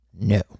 No